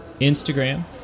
Instagram